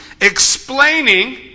explaining